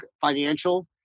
Financial